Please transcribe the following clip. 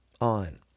on